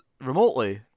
remotely